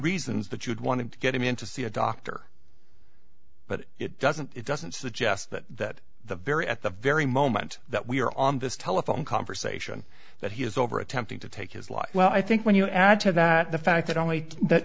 reasons that you'd want to get him into see a doctor it doesn't it doesn't suggest that the very at the very moment that we're on this telephone conversation that he is over attempting to take his life well i think when you add to that the fact that only that